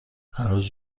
هنوز